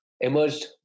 emerged